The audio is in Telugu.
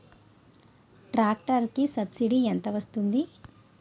ట్రాక్టర్ కి సబ్సిడీ ఎంత వస్తుంది?